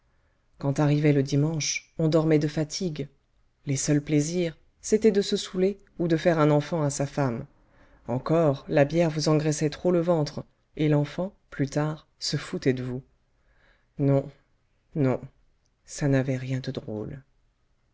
quand arrivait le dimanche on dormait de fatigue les seuls plaisirs c'était de se saouler ou de faire un enfant à sa femme encore la bière vous engraissait trop le ventre et l'enfant plus tard se foutait de vous non non ça n'avait rien de drôle